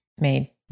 made